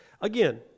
again